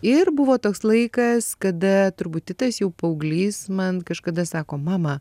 ir buvo toks laikas kada turbūt titas jau paauglys man kažkada sako mama